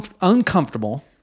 uncomfortable